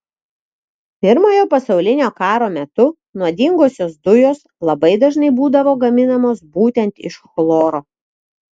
pirmojo pasaulinio karo metu nuodingosios dujos labai dažnai būdavo gaminamos būtent iš chloro